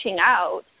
out